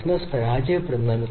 03 വരെ പോകാമെന്ന് പറയുന്നു